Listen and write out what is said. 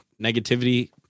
negativity